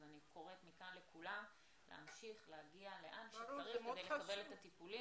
לכן אני קוראת מכאן לכולם להמשיך להגיע לאן שצריך כדי לקבל את הטיפולים.